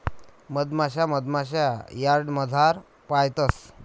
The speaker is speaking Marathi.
मधमाशा मधमाशा यार्डमझार पायतंस